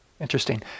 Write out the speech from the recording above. Interesting